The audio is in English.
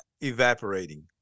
evaporating